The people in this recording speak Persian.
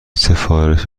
سفارش